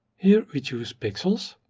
here we choose pixels